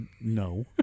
no